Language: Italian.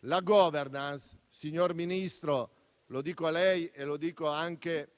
La *governance* - signor Ministro, lo dico a lei, ma anche al